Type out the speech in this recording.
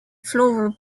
floral